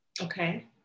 Okay